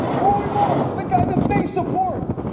roy moore, the guy they they support.